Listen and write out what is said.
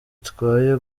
itwaye